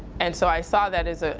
and so i saw that as ah